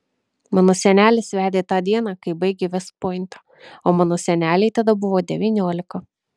mano senelis vedė tą dieną kai baigė vest pointą o mano senelei tada buvo devyniolika